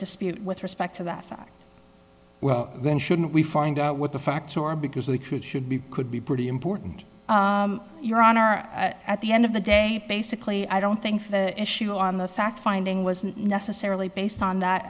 dispute with respect to that well then shouldn't we find out what the facts are because they could should be could be pretty important your honor at the end of the day basically i don't think the issue on the fact finding wasn't necessarily based on that